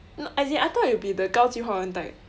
no as in I thought you'll be the 高级华文 type